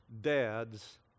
dads